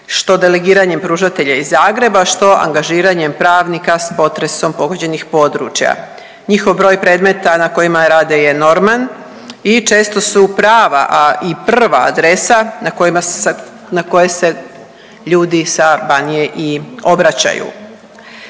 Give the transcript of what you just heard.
što delegiranjem pružatelja iz Zagreba, što angažiranjem pravnika s potresom pogođenih područja. Njihov broj predmeta na kojima rade je enorman i često su prava, a i prva adresa na koje se ljudi sa Banije i obraćaju.